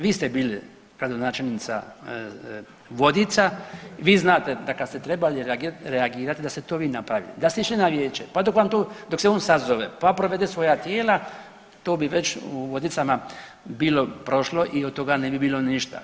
Vi ste bili gradonačelnica Vodica, vi znate da kad ste trebali reagirati da ste to vi napravili, da ste išli na vijeće pa dok vam to, dok se on sazove, pa provede svoja tijela to bi već u Vodicama bilo prošlo i od toga ne bi bilo ništa.